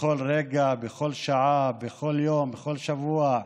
בכל רגע, בכל שעה, בכל יום, בכל שבוע,